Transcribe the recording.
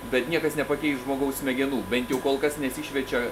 bet niekas nepakeis žmogaus smegenų bent jau kol kas nesišviečia